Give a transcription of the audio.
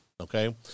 okay